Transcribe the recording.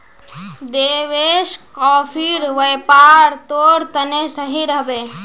देवेश, कॉफीर व्यापार तोर तने सही रह बे